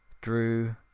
drew